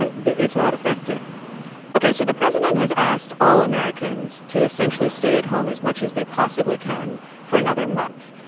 ah it's not effective ok. so the president has asked all americans to essentially stay at home as much as they possibly can for another month.